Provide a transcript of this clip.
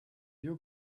you